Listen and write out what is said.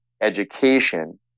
education